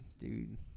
Dude